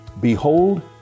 Behold